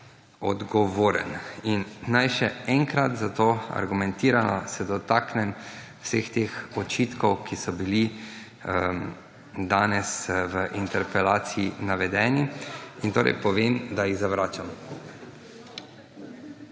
odgovoren. Naj se zato še enkrat argumentirano dotaknem vseh teh očitkov, ki so bili danes v interpelaciji navedeni, in torej povem, da jih zavračam.